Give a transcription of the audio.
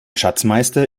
schatzmeister